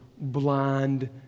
blind